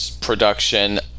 production